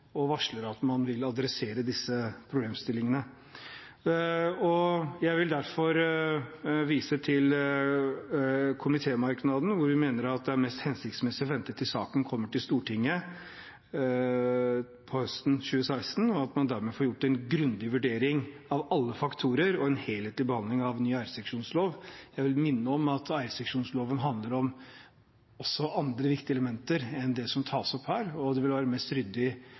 og varsler at man vil ta tak i disse problemstillingene. Jeg vil derfor vise til komitémerknaden hvor vi mener at det er mest «hensiktsmessig å vente til saken kommer til Stortinget» høsten 2016, og at «man dermed får gjort en grundig vurdering av alle faktorer og en helhetlig behandling av ny eierseksjonslov». Jeg vil minne om at eierseksjonsloven også handler om andre viktige elementer enn det som tas opp her, og det vil være mest ryddig